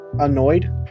annoyed